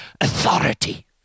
authority